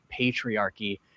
patriarchy